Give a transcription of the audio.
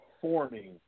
forming